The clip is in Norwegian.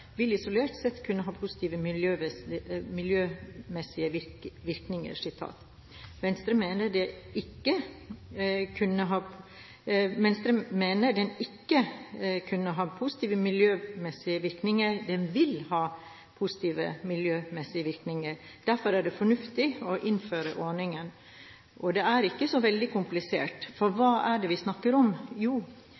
vil isolert sett kunne ha positive miljømessige virkninger.» Venstre mener den ikke bare kunne ha positive miljømessige virkninger, den vil ha positive miljømessige virkninger. Derfor er det fornuftig å innføre ordningen. Det er ikke så veldig komplisert. For hva